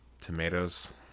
tomatoes